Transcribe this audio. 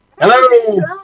Hello